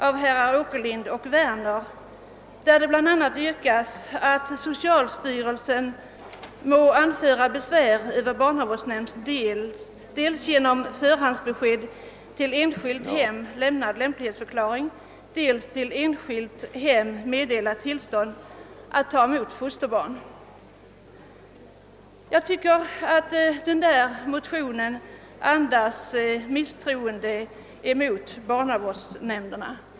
av herrar Åkerlind och Werner, där det bl.a. yrkas att socialstyrelsen må anföra besvär över barnavårdsnämnds dels genom förhandsbesked till enskilt hem lämnad lämplighetsförklaring, dels till enskilt hem meddelat tillstånd att ta emot fosterbarn. Jag tycker att den motionen andas misstroende mot barnavårdsnämnderna.